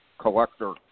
collector